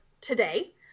today